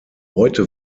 heute